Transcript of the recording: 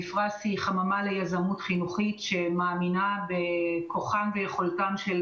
מפרש היא חממה ליזמות חינוכית שמאמינה בכוחם ויכולתם של